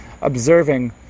observing